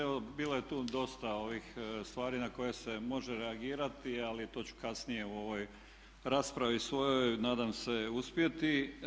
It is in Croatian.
Evo bilo je tu dosta ovih stvari na koje se može reagirati ali to ću kasnije u ovoj raspravi svojoj, nadam se uspjeti.